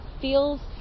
feels